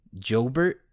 Jobert